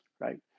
right